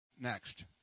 next